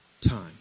time